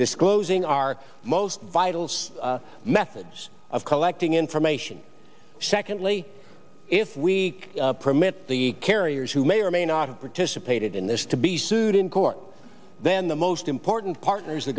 disclosing our most vitals methods of collecting information secondly if we permit the carriers who may or may not have participated in this to be sued in court then the most important partners the